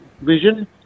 vision